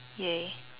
ya